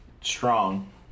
strong